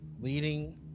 leading